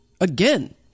Again